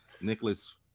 nicholas